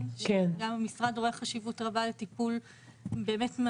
שגם המשרד רואה חשיבות רבה לטיפול מהיר.